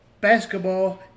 basketball